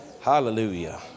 hallelujah